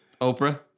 Oprah